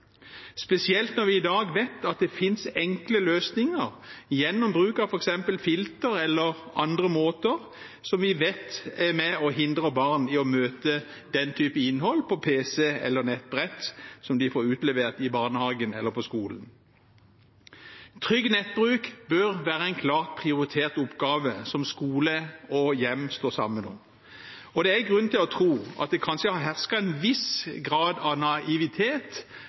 spesielt når vi i dag vet at det finnes enkle løsninger gjennom bruk av f.eks. filter, eller andre måter som vi vet er med og hindrer barn i å møte den type innhold på pc eller nettbrett som de får utlevert i barnehagen eller på skolen. Trygg nettbruk bør være en klart prioritert oppgave som skole og hjem står sammen om. Det er grunn til å tro at det kanskje har hersket en viss grad av naivitet